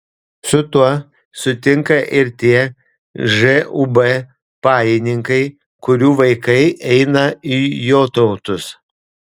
su tuo sutinka ir tie žūb pajininkai kurių vaikai eina į jotautus